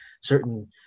certain